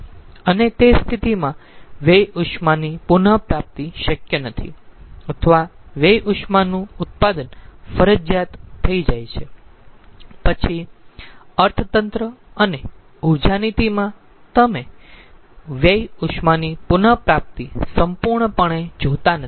અને તે સ્થિતિમાં વ્યય ઉષ્માની પુન પ્રાપ્તિ શક્ય નથી અથવા વ્યય ઉષ્માનું ઉત્પાદન ફરજિયાત થઈ જાય છે પછી અર્થતંત્ર અને ઊર્જા નીતિમાં તમે વ્યય ઉષ્માની પુન પ્રાપ્તિ સંપૂર્ણપણે જોતા નથી